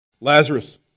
Lazarus